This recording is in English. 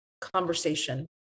conversation